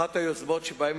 אחת היוזמות שבהן